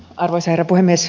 arvoisa herra puhemies